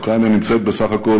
שאוקראינה נמצאת בסך הכול